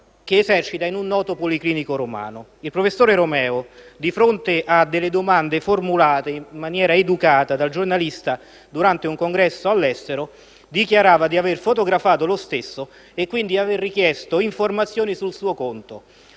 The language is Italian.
Il professor Romeo, di fronte a delle domande formulate in maniera educata da un giornalista durante un congresso all'estero, dichiarava di aver fotografato lo stesso e, quindi, di aver richiesto informazioni sul suo conto,